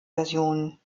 versionen